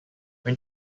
when